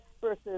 versus